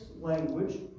language